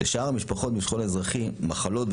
לשאר המשפחות בשכול האזרחי כמו: מחלות,